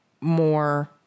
more